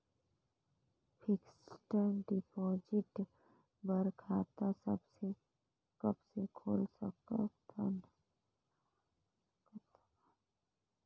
Fixed deposit बर खाता कइसे खोल सकत हन?